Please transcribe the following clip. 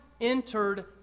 entered